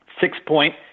six-point